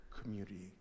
community